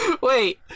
Wait